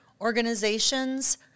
organizations